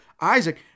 Isaac